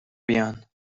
بیان